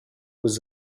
was